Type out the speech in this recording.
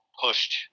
pushed